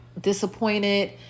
disappointed